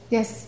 Yes